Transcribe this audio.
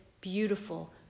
beautiful